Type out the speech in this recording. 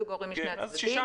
זוג הורים משני הצדדים,